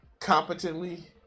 competently